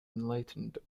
enlightened